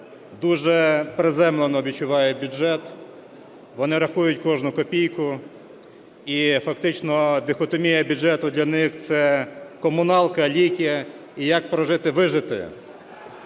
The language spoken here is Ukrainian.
дуже приземлено відчуває бюджет, вони рахують кожну копійку, і фактично дихотомія бюджету для них – це комуналка, ліки і як прожити, вижити.